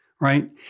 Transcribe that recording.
right